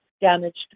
damaged